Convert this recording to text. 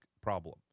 problem